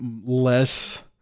less